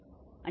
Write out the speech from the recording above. બરાબર ને